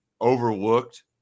overlooked